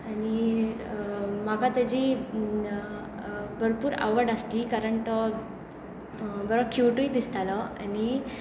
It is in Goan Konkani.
आनी म्हाका ताजी भरपूर आवड आसली कारण तो बरो क्युटूय दिसतालो आनी